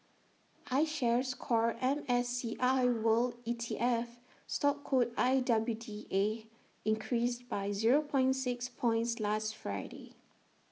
I shares core M S C I world E T F stock code I W D A increased by zero six points last Friday